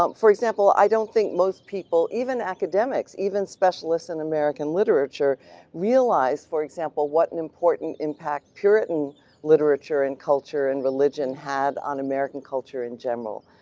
um for example i don't think most people even academics, even specialists in american literature realize for example what an important impact puritan literature and culture and religion had on american culture in general.